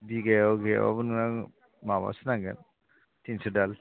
बिघायाव गैयाबाबो नों माबासो नांगोन थिनस' दाल